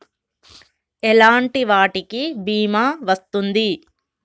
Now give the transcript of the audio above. ఎలాంటి వాటికి బీమా వస్తుంది?